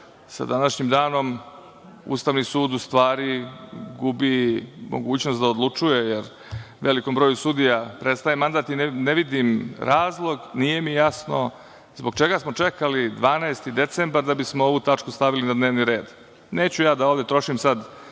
sa današnjim danom Ustavni sud u stvari, gubi mogućnost da odlučuje, jer velikom broju sudija prestaje mandat, i ne vidim razlog, nije mi jasno, zbog čega smo čekali 12. decembar da bismo ovu tačku stavili na dnevni red. Neću ja da ovde trošim sad